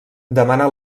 demana